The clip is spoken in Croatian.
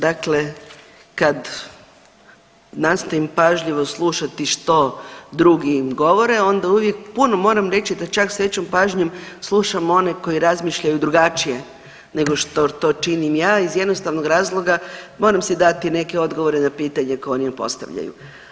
Dakle, kad nastojim pažljivo slušati što drugi govore onda uvijek puno, moram reći da čak s većom pažnjom slušam one koji razmišljaju drugačije nego što to činim je iz jednostavnog razloga moram si dati neke odgovore na pitanje koji oni postavljaju.